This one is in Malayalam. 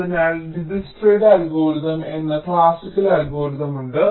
അതിനാൽ ഡിജ്ക്സ്ട്രയുടെ അൽഗോരിതംDijkstras algorithm എന്ന ക്ലാസിക്കൽ അൽഗോരിതം ഉണ്ട്